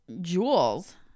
jewels